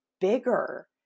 bigger